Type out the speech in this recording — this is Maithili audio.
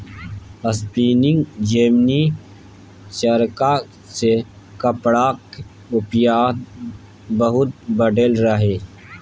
स्पीनिंग जेनी चरखा सँ कपड़ाक उत्पादन बहुत बढ़लै रहय